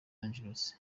angeles